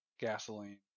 gasoline